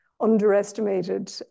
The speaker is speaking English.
underestimated